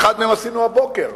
אחד מהם עשינו הבוקר.